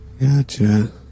Gotcha